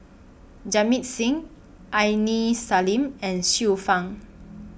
Jamit Singh Aini Salim and Xiu Fang